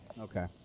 Okay